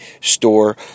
store